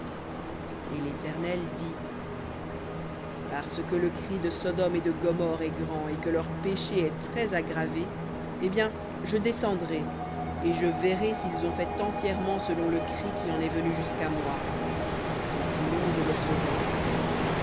et l'éternel dit parce que le cri de sodome et de gomorrhe est grand et que leur péché est très aggravé eh bien je descendrai et je verrai s'ils ont fait entièrement selon le cri qui en est venu jusqu'à moi et sinon je le saurai